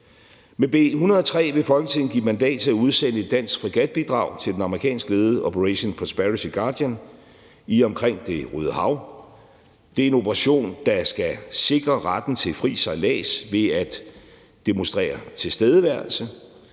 Med B 103 vil Folketinget give mandat til at udsende et dansk fregatbidrag til den amerikanskledede Operation Prosperity Guardian i og omkring Det Røde Hav. Det er en operation, der skal sikre retten til fri sejlads ved at demonstrere tilstedeværelse,